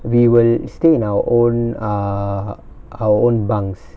we will stay in our own err our own bunks